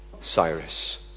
Cyrus